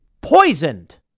poisoned